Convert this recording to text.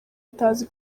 atazi